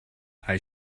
hij